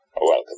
Welcome